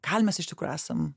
gal mes iš tikrųjų esam